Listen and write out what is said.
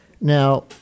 Now